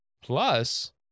plus